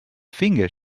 finger